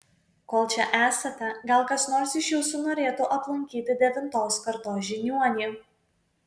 kol čia esate gal kas nors iš jūsų norėtų aplankyti devintos kartos žiniuonį